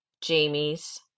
Jamie's